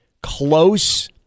close –